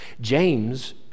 James